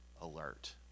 alert